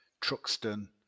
Truxton